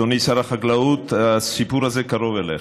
אדוני שר החקלאות, הסיפור הזה קרוב אליך.